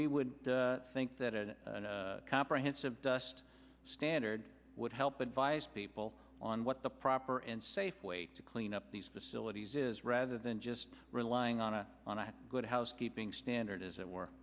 we would think that comprehensive dust standard would help advise people on what the proper and safe way to clean up these facilities is rather than just relying on a good housekeeping standard as it were